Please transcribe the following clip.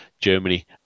Germany